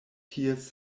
ties